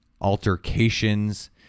altercations